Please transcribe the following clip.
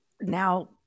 now